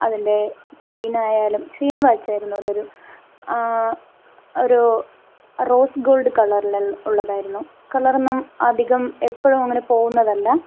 അതിൻ്റെ chain chain watch ആയിരുന്നു അതൊരു ഒരു റോസ് ഗോൾഡ് കളറിൽ ഉള്ളതായിരുന്നു കളർ ഒന്നും അധികം എപ്പോഴും അങ്ങനെ പോകുന്നതല്ല